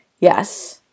Yes